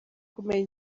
kumenya